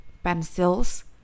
Pencils